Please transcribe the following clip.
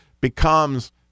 becomes